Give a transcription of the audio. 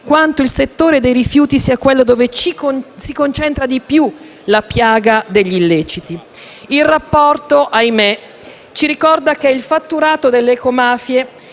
quanto il settore dei rifiuti sia quello dove si concentra di più la piaga degli illeciti. Il rapporto - ahimè - ci ricorda che il fatturato delle ecomafie